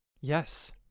yes